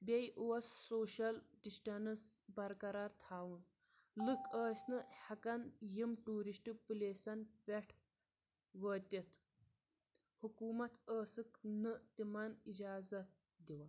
بیٚیہِ اوس social distance برقرار تھاوُن لُکھ ٲسۍ نہٕ ہٮ۪کان یِم ٹوٗرِسٹ پٕلیسن پٮ۪ٹھ وٲتِتھ حکوٗمَت ٲسٕکھ نہٕ تِمن اِجازت دِوان